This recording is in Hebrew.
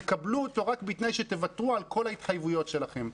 תקבלו אותו רק בתנאי שתוותרו על כל ההתחייבויות שלכם.